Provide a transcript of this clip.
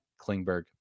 Klingberg